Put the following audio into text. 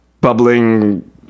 bubbling